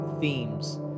themes